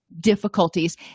difficulties